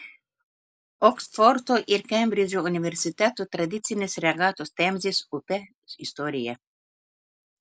oksfordo ir kembridžo universitetų tradicinės regatos temzės upe istorija